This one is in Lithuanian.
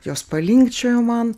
jos palinkčiojo man